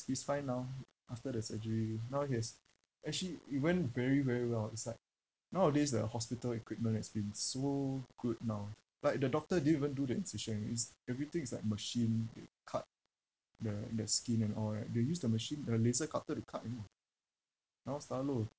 he's fine now after the surgery now he has actually even very very well it's like nowadays the hospital equipment has been so good now like the doctor didn't even do the incision it's everything is like machine it cut the the skin and all right they use the machine the laser cutter to cut you know now stylo